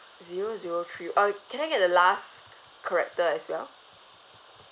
zero zero three uh can I get the last character as well